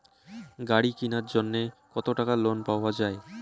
গাড়ি কিনার জন্যে কতো টাকা লোন পাওয়া য়ায়?